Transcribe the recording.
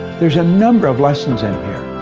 there's a number of lessons in here.